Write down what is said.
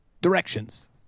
Directions